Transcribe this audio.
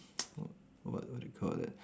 w~ what what do you call that